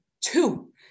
two